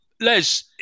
Les